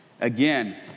Again